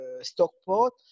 Stockport